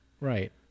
Right